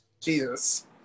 Jesus